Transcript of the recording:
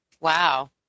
Wow